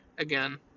Again